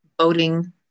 voting